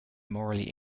morally